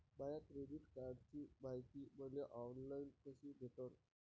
माया credit कार्डची मायती मले ऑनलाईन कसी भेटन?